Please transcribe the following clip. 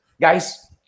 guys